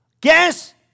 Guess